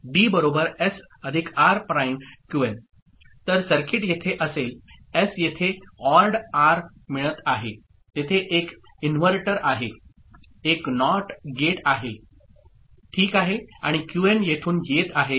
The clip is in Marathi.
Qn तर सर्किट येथे असेल एस येथे ORड आर मिळत आहे तेथे एक इन्व्हर्टर आहे एक NOT गेट आहे ओके आणि क्यूएन येथून येत आहे